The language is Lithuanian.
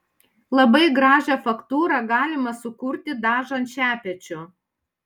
labai gražią faktūrą galima sukurti dažant šepečiu